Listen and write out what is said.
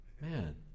Man